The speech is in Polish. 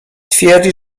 twierdzi